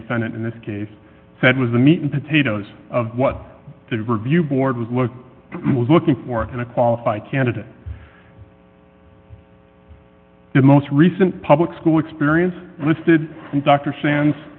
defendant in this case said was the meat and potatoes of what the review board with was looking for in a qualified candidate the most recent public school experience listed in dr shan